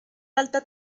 alta